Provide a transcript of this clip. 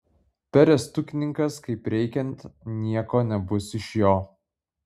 perestukininkas kaip reikiant nieko nebus iš jo